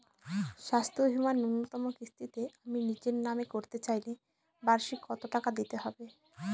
স্বাস্থ্য বীমার ন্যুনতম কিস্তিতে আমি নিজের নামে করতে চাইলে বার্ষিক কত টাকা দিতে হবে?